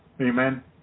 Amen